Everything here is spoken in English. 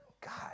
God